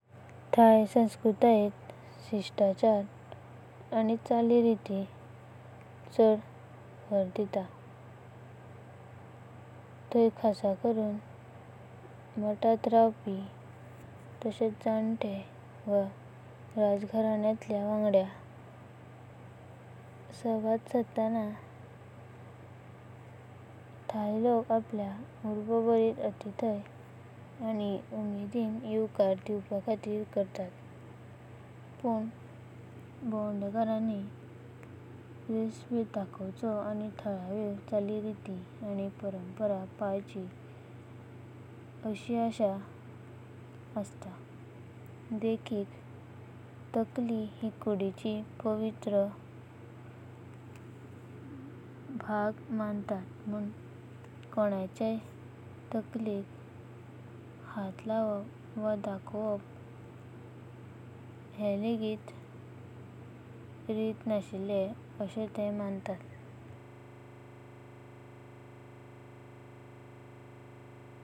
तै संस्कृतयेन शिस्ताचार आनि चिरीरितचेर चड भर दीतात। तय खासा करून मथानत रवापी तस्हेच जहंते वा रजागरानातल्या वांगड्याकडे सावड सादताना तै। आपल्य उर्बाबरीता अतिथया आनि उमेदीन यवकार दिवपाखातीर वळखता। पण भवांदेकांनी रेसफेडा दाखोवाचो आनि थळायो चलिरित। आनि परंपरा पळाची अशी आशा असतात। देखिक तकोळी हे कुदेची पवित्र भाग मनांततात म्‍हण कोनाचया तकोलेख हाथ। लावपाचे वा दाखवपाचे हे लेघित ते रिता नशील्या बसिन मनांततात।